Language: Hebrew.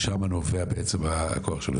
משם נובע בעצם הכוח שלו.